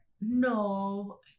no